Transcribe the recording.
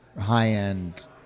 high-end